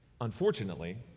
unfortunately